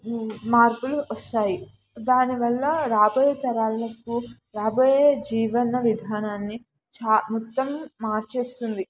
మార్పులు వస్తాయి దానివల్ల రాబోయే తరాలకు రాబోయే జీవన విధానాన్ని చా మొత్తం మార్చేస్తుంది